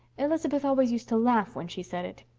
elizabeth always used to laugh when she said it.